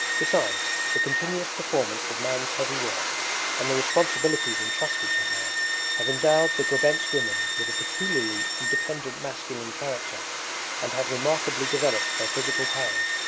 besides, the continuous performance of man's heavy work and the responsibilities entrusted to her have endowed the grebensk women with a peculiarly independent masculine character and have remarkably developed their physical powers,